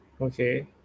Okay